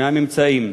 על הממצאים,